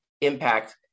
impact